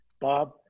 Bob